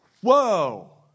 Whoa